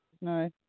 No